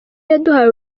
yaduhaye